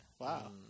Wow